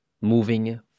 moving